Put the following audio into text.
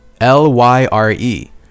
l-y-r-e